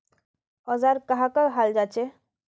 औजार कहाँ का हाल जांचें?